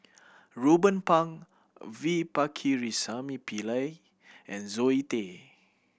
Ruben Pang V Pakirisamy Pillai and Zoe Tay